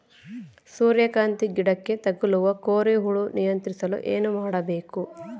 ಸೂರ್ಯಕಾಂತಿ ಗಿಡಕ್ಕೆ ತಗುಲುವ ಕೋರಿ ಹುಳು ನಿಯಂತ್ರಿಸಲು ಏನು ಮಾಡಬೇಕು?